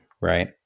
right